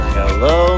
hello